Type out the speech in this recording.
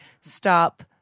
stop